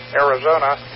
Arizona